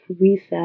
reset